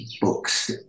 books